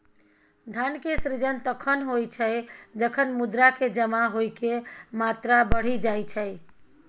धन के सृजन तखण होइ छै, जखन मुद्रा के जमा होइके मात्रा बढ़ि जाई छै